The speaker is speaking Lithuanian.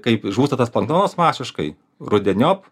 kaip žūsta tas planktonas masiškai rudeniop